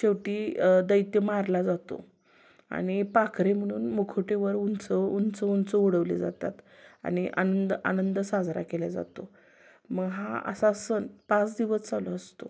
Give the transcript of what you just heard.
शेवटी दैत्य मारला जातो आणि पाखरे म्हणून मुखवटे वर उंच उंच उंच उडवले जातात आणि अंद आनंद साजरा केल्या जातो मग हा असा सण पाच दिवस चालू असतो